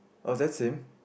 oh that's him